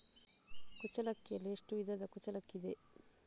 ಕುಚ್ಚಲಕ್ಕಿಯಲ್ಲಿ ಎಷ್ಟು ವಿಧದ ಕುಚ್ಚಲಕ್ಕಿ ಇದೆ?